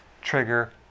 trigger